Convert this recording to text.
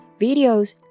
videos